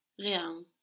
rien